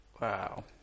Wow